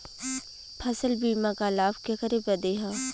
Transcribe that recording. फसल बीमा क लाभ केकरे बदे ह?